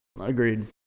Agreed